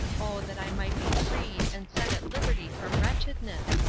oh, that i might be freed and set at liberty from wretchedness!